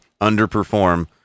underperform